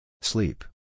Sleep